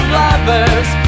lovers